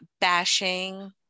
bashing